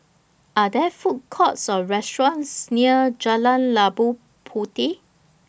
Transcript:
Are There Food Courts Or restaurants near Jalan Labu Puteh